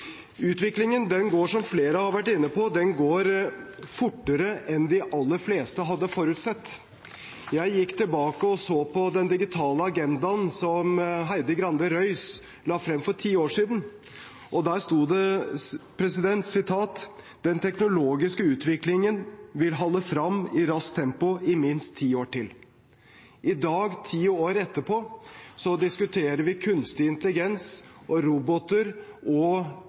Utviklingen går – som flere har vært inne på – fortere enn de aller fleste hadde forutsett. Jeg gikk tilbake og så på den digitale agendaen som Heidi Grande Røys la frem for ti år siden, og der sto det: «Den teknologiske utviklinga vil halde fram i raskt tempo, i minst 10 år til .» I dag, ti år etterpå, diskuterer vi kunstig intelligens, roboter og